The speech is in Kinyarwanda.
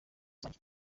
wanjye